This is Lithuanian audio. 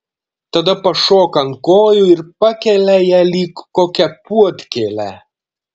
tada pašoka ant kojų ir pakelia ją lyg kokią puodkėlę